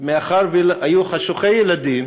מאחר שהם היו חשוכי ילדים,